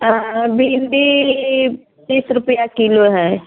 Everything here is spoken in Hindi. हाँ भिंडी तीस रुपये किलो है